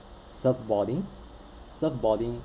surfboarding surfboarding